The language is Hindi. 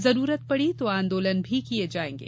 जरूरत पड़ी तो आंदोलन भी किये जायेंगे